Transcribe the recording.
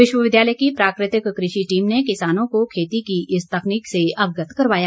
विश्वविद्यालय की प्राकृतिक कृषि टीम ने किसानों को खेती की इस तकनीक से अवगत करवाया